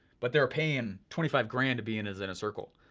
but they were paying twenty five grand to be in his inner circle.